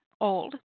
old